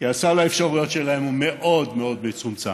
כי סל האפשרויות שלהם הוא מאוד מאוד מצומצם.